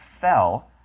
fell